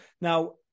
now